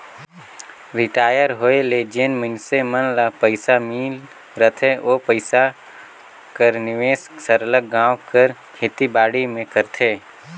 retire होए ले जेन मइनसे मन ल पइसा मिल रहथे ओ पइसा कर निवेस सरलग गाँव कर खेती बाड़ी में करथे